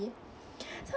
so